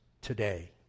today